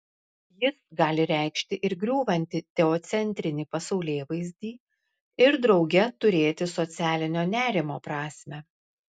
jis gali reikšti ir griūvantį teocentrinį pasaulėvaizdį ir drauge turėti socialinio nerimo prasmę